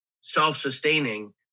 self-sustaining